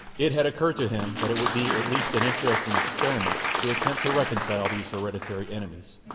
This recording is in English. it had occurred to him that it would be at least an interesting experiment to attempt to reconcile these hereditary enemies.